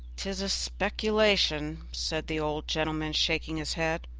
tis a speculation, said the old gentleman, shaking his head,